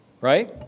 Right